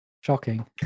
shocking